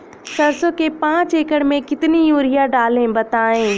सरसो के पाँच एकड़ में कितनी यूरिया डालें बताएं?